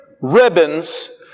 ribbons